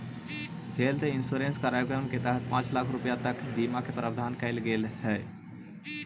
health insurance कार्यक्रम के तहत पांच लाख रुपया तक के बीमा के प्रावधान कैल गेल हइ